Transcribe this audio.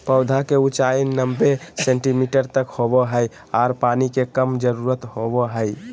पौधा के ऊंचाई नब्बे सेंटीमीटर तक होबो हइ आर पानी के कम जरूरत होबो हइ